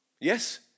Yes